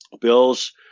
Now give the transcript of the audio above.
Bill's